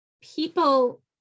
people